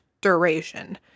duration